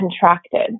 contracted